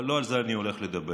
אבל לא על זה אני הולך לדבר.